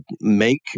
make